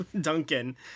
Duncan